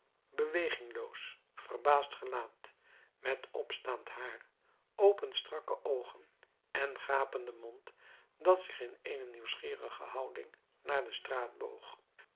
bewegingloos verbaasd gelaat met opstaand haar open strakke oogen en gapenden mond dat zich in eene nieuwsgierige houding naar de straat boog